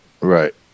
right